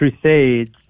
Crusades